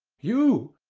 you!